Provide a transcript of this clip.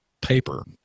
paper